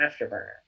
afterburner